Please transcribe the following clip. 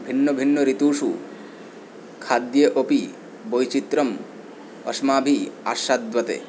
भिन्नभिन्न ऋतुषु खाद्ये अपि वैचित्रम् अस्माभिः आस्वाद्यते